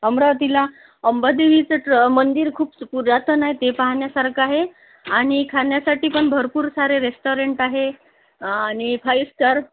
अमरावतीला अंबादेवीचंच मंदिर खूप पुरातन आहे ते पाहण्यासारखं आहे आणि खाण्यासाठी पण भरपूर सारे रेस्टॉरंट आहे आणि फायू स्टार